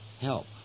Help